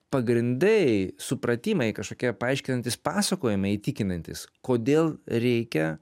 pagrindai supratimai kažkokie paaiškinantys pasakojimai įtikinantys kodėl reikia